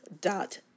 dot